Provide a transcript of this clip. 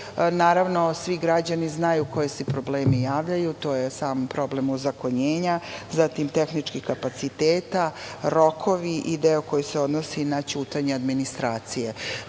i tu svi građani znaju koji se problemi javljaju, a to je sam problem ozakonjenja, zatim tehničkih kapaciteta, rokovi i deo koji se odnosi na ćutanje administracije. Znači